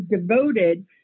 devoted